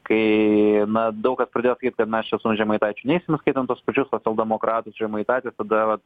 kai na daug kas pradėjo sakyt kad mes čia su žemaitaičiu neisim įskaitant tuos pačius socialdemokratus žemaitaitis tada vat